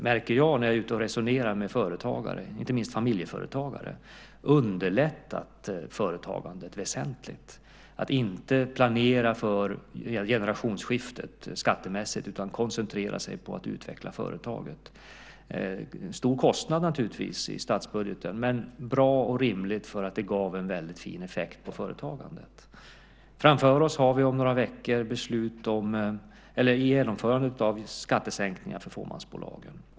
När jag är ute och resonerar med företagare, inte minst med familjeföretagare, märker jag att den har underlättat företagandet väsentligt. Nu behöver man inte planera för generationsskiftet skattemässigt utan kan koncentrera sig på att utveckla företaget. Detta är naturligtvis en stor kostnad i statsbudgeten, men det var bra och rimligt därför att det gav en fin effekt på företagandet. Framför oss har vi om några veckor genomförandet av skattesänkningar för fåmansbolagen.